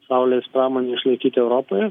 saulės pramonei išlaikyt europoje